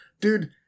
dude